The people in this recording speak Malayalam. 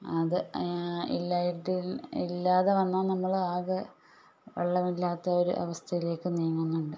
അത് ഇല്ലായിട്ടിൽ ഇല്ലാതെ വന്നാൽ നമ്മൾ ആകെ വെള്ളമില്ലാത്ത ഒരു അവസ്ഥയിലേക്ക് നീങ്ങുന്നുണ്ട്